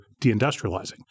deindustrializing